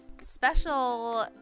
special